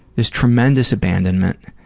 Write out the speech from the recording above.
this tremendous abandonment,